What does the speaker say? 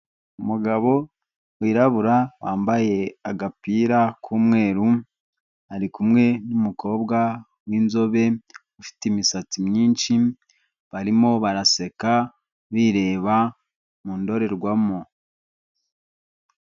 Umugabo wirabura wambaye agapira k'umweru ari kumwe n'umukobwa w'inzobe ufite imisatsi myinshi barimo baraseka bireba mu indorerwamo.